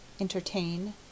Entertain